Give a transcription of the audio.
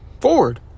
Ford